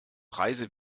preise